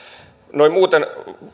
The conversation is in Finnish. noin muuten